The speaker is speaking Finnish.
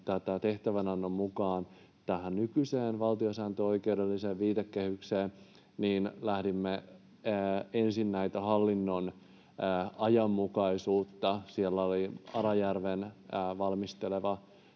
tehtävänannon mukaan tähän nykyiseen valtiosääntöoikeudelliseen viitekehykseen, niin lähdimme ensin hallinnon ajanmukaisuudesta. Siellä oli Arajärven työryhmän valmistelema